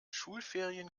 schulferien